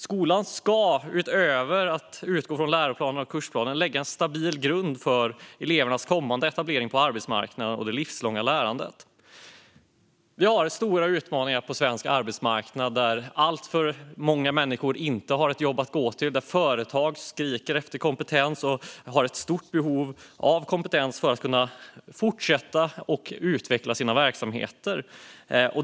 Skolan ska, utöver att utgå från läroplanen och kursplanen, lägga en stabil grund för elevernas kommande etablering på arbetsmarknaden och för det livslånga lärandet. Vi har stora utmaningar på svensk arbetsmarknad där alltför många människor inte har ett jobb att gå till och där företag har ett skriande stort behov av kompetens för att kunna fortsätta utveckla sina verksamheter.